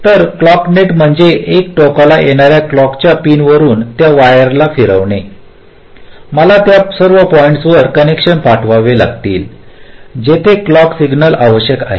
तर clock net म्हणजे एका टोकाला येणाऱ्या क्लॉकच्या पिनवरुन त्या वायरला फिरविणे मला त्या सर्व पॉईंट्स वर कनेक्शन पाठवावे लागतील जेथे क्लॉक सिग्नल आवश्यक आहे